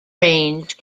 range